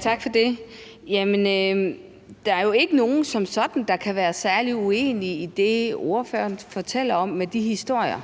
Tak for det. Der er jo som sådan ikke nogen, der kan være særlig uenige i det, ordføreren fortæller om med de historier.